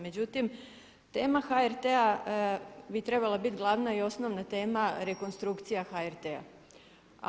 Međutim, tema HRT-a bi trebala biti glavna i osnovna tema rekonstrukcija HRT-a.